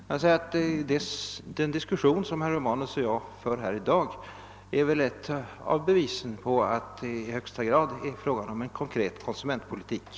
Men den diskussion som herr Romanus och jag för här i dag är väl ett av bevisen för att det i högsta grad är fråga om en konkret konsumentpolitik.